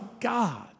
God